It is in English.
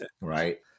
right